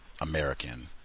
American